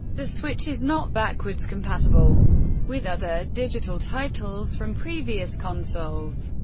the switch is not backwards compatible with other digital titles from previous consoles.